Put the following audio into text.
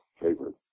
favorite